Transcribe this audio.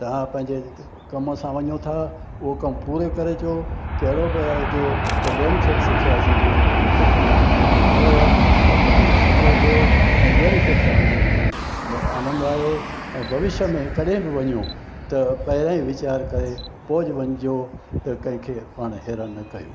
या पंहिंजे कम सां वञो थ उहो कमु पूरो करे अचो कहिड़ो ब हुजे त ॿियनि खे ब सिखिया अची ॾियो त तव्हां जेको विया हुओ उहो तव्हांजो सफ़िलो थियो ऐं ॿियन खे तां हुननि में आनंद आहियो ऐं भविष्य में कॾहिं वञूं त पहिरें ई वीचार करे पोइ वञिजो त कंहिंखे पाण हैरान न कयो